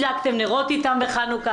הדלקתם נרות איתם בחנוכה,